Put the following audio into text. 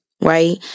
right